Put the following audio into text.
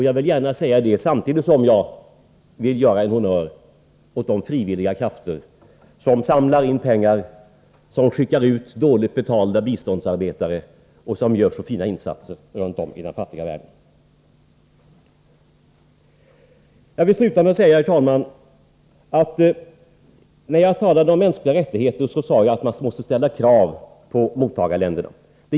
Jag vill gärna säga detta samtidigt som jag vill ge en honnör åt de frivilliga krafter som samlar in pengar, som skickar ut dåligt betalda biståndsarbetare och som gör så fina insatser runtom i den fattiga världen. Jag vill sluta med att säga, herr talman, att jag när jag talade om mänskliga rättigheter framhöll att man måste ställa krav på mottagarländerna.